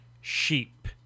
sheep